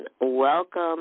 Welcome